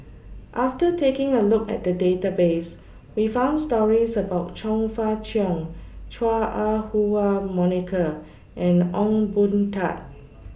after taking A Look At The Database We found stories about Chong Fah Cheong Chua Ah Huwa Monica and Ong Boon Tat